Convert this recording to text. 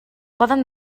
poden